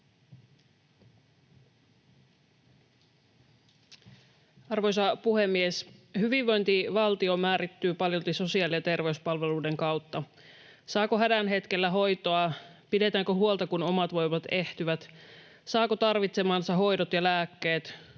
Arvoisa puhemies! Hyvinvointivaltio määrittyy paljolti sosiaali- ja terveyspalveluiden kautta: Saako hädän hetkellä hoitoa? Pidetäänkö huolta, kun omat voimat ehtyvät? Saako tarvitsemansa hoidot ja lääkkeet?